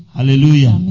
Hallelujah